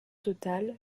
total